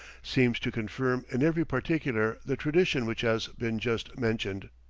seems to confirm in every particular the tradition which has been just mentioned.